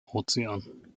ozean